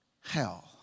hell